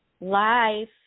life